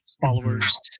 followers